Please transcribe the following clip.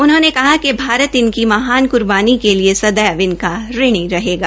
गृहमंत्री ने कहा कि भारत इन महान क्र्बानी के लिए सदैव इनका ऋणी रहेगा